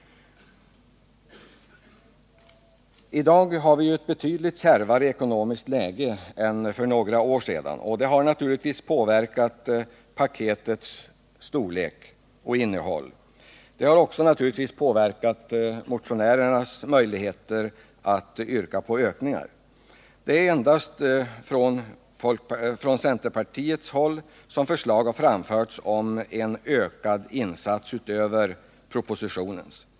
I dag har vi ju ett betydligt kärvare ekonomiskt läge än för några år sedan. Detta har naturligtvis påverkat paketets storlek och innehåll. Det har också påverkat motionärernas möjligheter att yrka på anslagsökningar. Det är endast från centerpartistiskt håll som förslag har framförts om en ökad insats utöver propositionen.